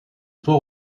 port